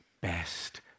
best